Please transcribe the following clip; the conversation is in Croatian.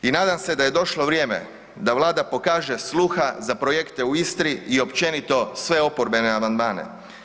I nadam se da je došlo vrijeme da Vlada pokaže sluha za projekte u Istri i općenito sve oporbene amandmane.